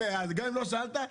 גם אם לא שאלת,